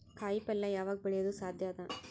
ಕಾಯಿಪಲ್ಯ ಯಾವಗ್ ಬೆಳಿಯೋದು ಸಾಧ್ಯ ಅದ?